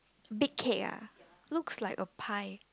big cake ah looks like a pie